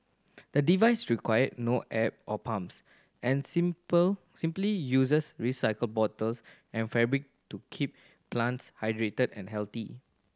the device require no app or pumps and simple simply uses recycled bottles and fabric to keep plants hydrated and healthy